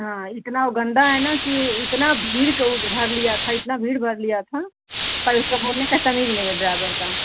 हँ इतना वह गंदा है ना कि वह इतनी भीड़ को वह भर लिया था इतनी भीड़ भर लिया था पर उसका बोलने का तमीज़ नहीं है ड्राइबर को